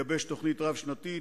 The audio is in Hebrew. לגבש תוכנית רב-שנתית,